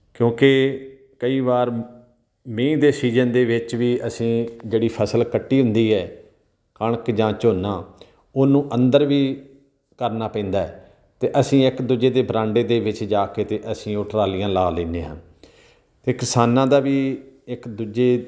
ਕਿਉਂਕਿ ਕਈ ਵਾਰ ਮੀਂਹ ਦੇ ਸ਼ੀਜ਼ਨ ਦੇ ਵਿੱਚ ਵੀ ਅਸੀਂ ਜਿਹੜੀ ਫਸਲ ਕੱਟੀ ਹੁੰਦੀ ਹੈ ਕਣਕ ਜਾਂ ਝੋਨਾ ਉਹਨੂੰ ਅੰਦਰ ਵੀ ਕਰਨਾ ਪੈਂਦਾ ਅਤੇ ਅਸੀਂ ਇੱਕ ਦੂਜੇ ਦੇ ਬਰਾਂਡੇ ਦੇ ਵਿੱਚ ਜਾ ਕੇ ਅਤੇ ਅਸੀਂ ਉਹ ਟਰਾਲੀਆਂ ਲਗਾ ਲੈਂਦੇ ਹਾਂ ਅਤੇ ਕਿਸਾਨਾਂ ਦਾ ਵੀ ਇੱਕ ਦੂਜੇ